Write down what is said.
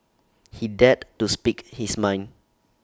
he dared to speak his mind